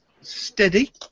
Steady